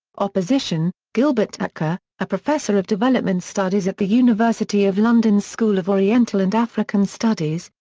opposition gilbert achcar, a professor of development studies at the university of london's school of oriental and african studies,